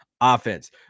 offense